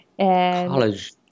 College